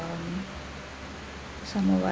some more what